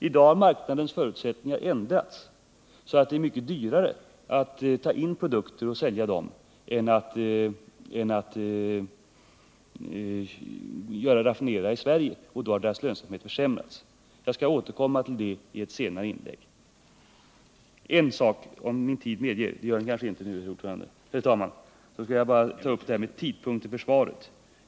I dag har marknadens förutsättningar ändrats, och det är mycket dyrare att ta in produkter och sälja dem än att raffinera i Sverige. Därmed har deras lönsamhet försämrats. Jag återkommer till det i ett senare inlägg. Jag skall också ta upp detta med tidpunkten för svaret.